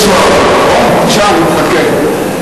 אותי.